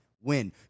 win